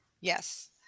Yes